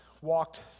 walked